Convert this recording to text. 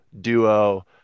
duo